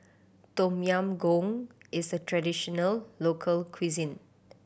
Tom Yam Goong is a traditional local cuisine